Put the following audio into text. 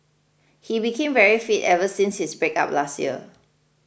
he became very fit ever since his breakup last year